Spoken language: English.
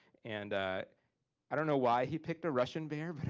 and i don't know why he picked a russian bear, but